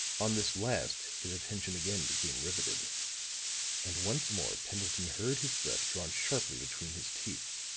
on this last his attention again became riveted and once more pendleton heard his breath drawn sharply between his teeth.